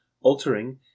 altering